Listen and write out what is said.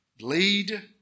lead